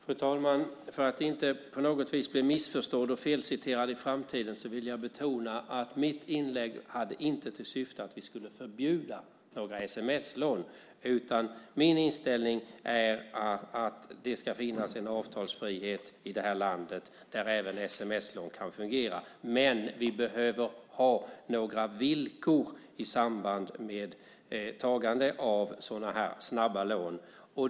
Fru talman! För att inte på något vis bli missförstådd och felciterad i framtiden vill jag betona att mitt inlägg inte hade till syfte att vi skulle förbjuda några sms-lån, utan min inställning är att det ska finnas en avtalsfrihet i det här landet där även sms-lån kan fungera, men vi behöver ha några villkor i samband med tagande av sådana här snabba lån.